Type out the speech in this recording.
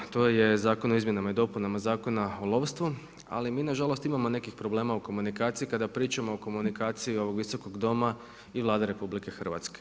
To je Zakon o izmjenama i dopunama Zakona o lovstvu, ali mi na žalost imamo nekih problema u komunikaciji kada pričamo o komunikaciji ovog Visokog doma i Vlade RH.